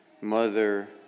mother